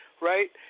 right